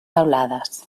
teulades